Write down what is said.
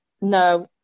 No